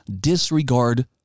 disregard